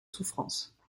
souffrances